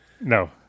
No